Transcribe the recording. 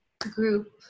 group